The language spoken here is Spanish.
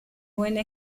buena